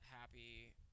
happy